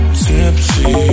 tipsy